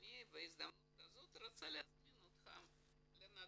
אני בהזדמנות הזאת רוצה להזמין אותך לנתב"ג.